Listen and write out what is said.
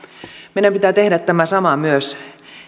meidän pitää tehdä tämä sama myös